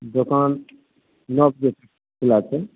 दोकान नओ बजे तक खुला छै